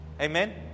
Amen